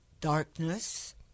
darkness